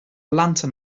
lantern